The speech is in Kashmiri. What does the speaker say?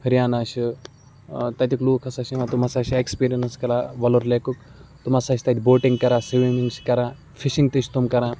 ہَریانہ چھِ تَتِکۍ لُکھ ہَسا چھِ یِوان تِم ہَسا چھِ ایکٕسپیٖرَنٕس کَران وَلُر لیکُک تِم ہَسا چھِ تَتہِ بوٹِنٛگ کَران سِومِنٛگ چھِ کَران فِشِنٛگ تہِ چھِ تِم کَران